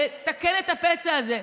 חייבים לתקן את הפצע הזה,